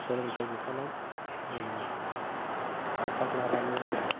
सोलोंथाय बिफानाव जोङो आफाद लानानै जोङो